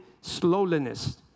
slowness